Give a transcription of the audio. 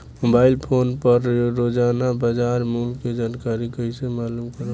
Mobile phone पर रोजाना बाजार मूल्य के जानकारी कइसे मालूम करब?